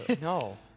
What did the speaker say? No